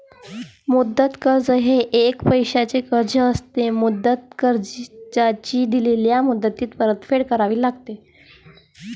मुदत कर्ज हे एक पैशाचे कर्ज असते, मुदत कर्जाची दिलेल्या मुदतीत परतफेड करावी लागते